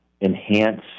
Enhance